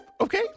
Okay